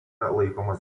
laikomas